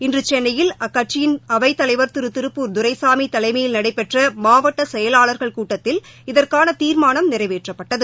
இன்று சென்னையில் அக்கட்சியின் அவைத்தலைவா் திரு திருப்பூர் துரைசாமி தலைமையில் நடைபெற்ற மாவட்ட செயலாளர்கள் கூட்டத்தில் இதற்கான தீர்மானம் நிறைவேற்றப்பட்டது